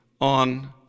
on